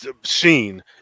sheen